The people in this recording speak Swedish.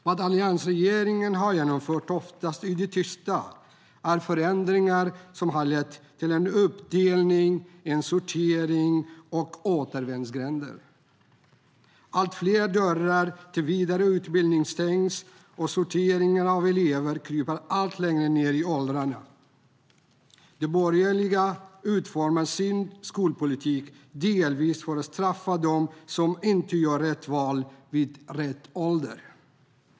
Vad alliansregeringen har genomfört, oftast i det tysta, är förändringar som har lett till uppdelning, sortering och återvändsgränder. Allt fler dörrar till vidareutbildning stängs, och sorteringen av elever kryper allt längre ned i åldrarna. De borgerliga utformar sin skolpolitik delvis för att straffa dem som inte gör rätt val vid rätt ålder.